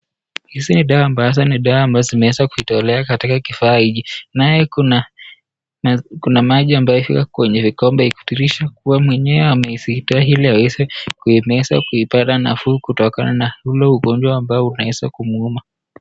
Hizi ni dawa ambazo ni dawa ambazo zimeweza kutolewa katika kifaa hiki naye kuna maji ambayo iko kwenye kikombe kuashirisha kuwa mwenye amezitoa ili kuimeza kuipata nafuu kutokana na ule ugonjwa ambayo unaweza kumwuma.